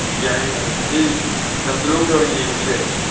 ꯌꯥꯏꯌꯦ ꯌꯥꯏꯌꯦ ꯑꯁꯤ ꯂꯝꯗꯨꯂꯣꯡꯗ ꯑꯣꯏꯅ ꯌꯦꯡꯉꯨꯁꯦ